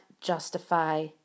justify